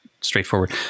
straightforward